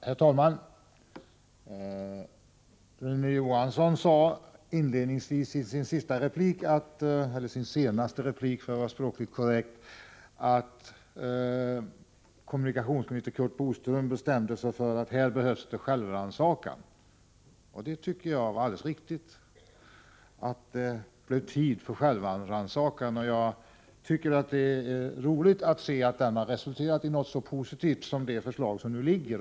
Herr talman! Rune Johansson sade inledningsvis i sin senaste replik att kommunikationsminister Curt Boström bestämde sig för att det här behövdes självrannsakan. Det tycker jag var alldeles riktigt, att det blev tid för självrannsakan. Jag tycker att det är roligt att se att den har resulterat i något så positivt som det förslag som nu föreligger.